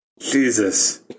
Jesus